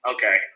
Okay